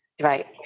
Right